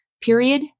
period